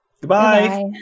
Goodbye